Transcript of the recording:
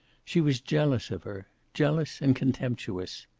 she was jealous of her. jealous and contemptuous.